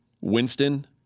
Winston